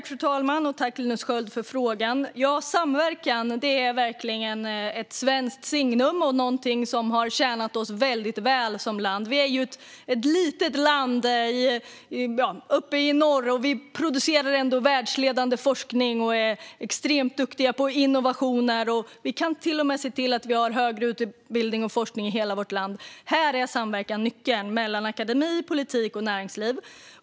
Fru talman! Jag tackar Linus Sköld för frågan. Samverkan är verkligen ett svenskt signum och något som har tjänat Sverige väldigt väl. Trots att vi är ett litet land uppe i norr producerar vi världsledande forskning, och vi är extremt duktiga på innovationer. Dessutom har vi högre utbildning och forskning i hela vårt land. Samverkan är nyckeln mellan akademi, politik och näringsliv.